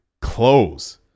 close